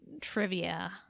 trivia